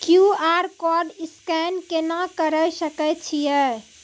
QR code scan केना करै सकय छियै?